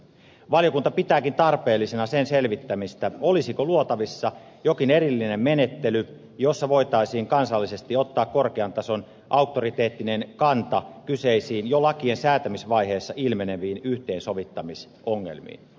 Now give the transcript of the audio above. valiokunta pitääkin tarpeellisena sen selvittämistä olisiko luotavissa jokin erillinen menettely jossa voitaisiin kansallisesti ottaa korkean tason auktoriteettinen kanta kyseisiin jo lakien säätämisvaiheissa ilmeneviin yhteensovittamisongelmiin